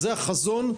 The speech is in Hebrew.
זה החזון.